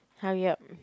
hurry up